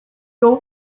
old